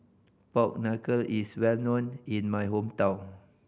pork knuckle is well known in my hometown